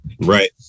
right